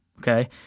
Okay